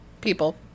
People